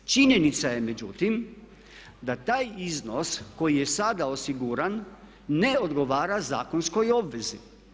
Činjenica je međutim, da taj iznos koji je sada osiguran ne odgovara zakonskoj obvezi.